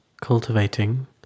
cultivating